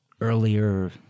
earlier